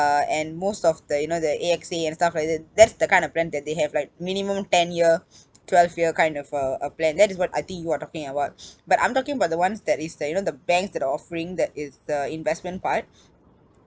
uh and most of that you know that A_X_A and stuff like that that's the kind of plan that they have like minimum ten year twelve year kind of a~ a plan that is what I think you are talking about but I'm talking about the ones that is the you know the banks that are offering that is the investment part